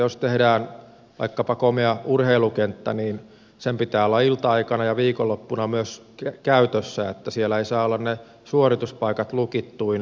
jos tehdään vaikkapa komea urheilukenttä niin sen pitää olla ilta aikana ja viikonloppuna myös käytössä niin että siellä eivät saa olla ne suorituspaikat lukittuina